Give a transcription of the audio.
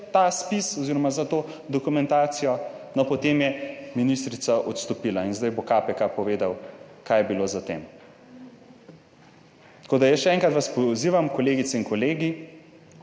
ta spis oziroma za to dokumentacijo. No potem je ministrica odstopila. In zdaj bo KPK povedal kaj je bilo za tem. Tako, da jaz še enkrat vas pozivam, kolegice in kolegi,